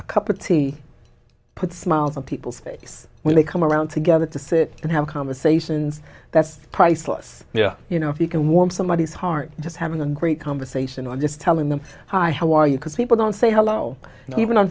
a cup of tea put smiles on people's face when they come around together to sit and have conversations that's priceless you know if you can warm somebody's heart just having a great conversation or just telling them hi how are you because people don't say hello even on